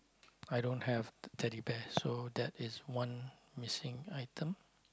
i don't have Teddy Bears so that is one missing item